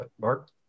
Mark